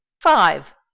Five